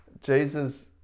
Jesus